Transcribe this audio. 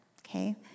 Okay